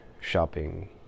shopping